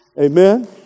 amen